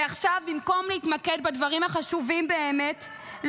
ועכשיו במקום להתמקד בדברים החשובים באמת,